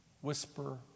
whisper